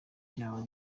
byawe